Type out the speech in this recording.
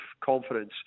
confidence